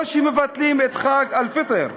או שמבטלים את חג אל-פיטר.